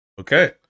Okay